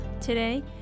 Today